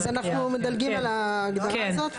אז אנחנו מדלגים על ההגדרה הזאת.